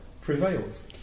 prevails